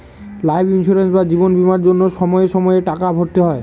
life insurance বা জীবন বীমার জন্য সময়ে সময়ে টাকা ভরতে হয়